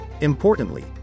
Importantly